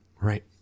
right